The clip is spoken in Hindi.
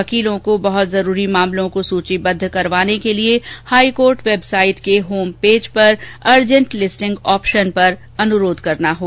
वकीलों को बहुत जरूरी मामलों को सूचीबद्ध करवाने के लिए हाईकोर्ट वेबसाइट के होम पेज पर अर्जेंट लिस्टिंग ऑप्शन पर अनुरोध करना होगा